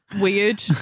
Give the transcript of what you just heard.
weird